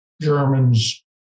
Germans